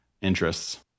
interests